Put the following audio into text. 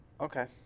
okay